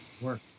Work